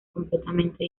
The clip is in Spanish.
completamente